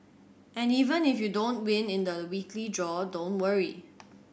and even if you don't win in the weekly draw don't worry